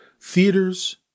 Theaters